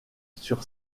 sur